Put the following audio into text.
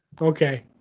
Okay